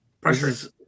pressure's